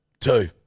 Two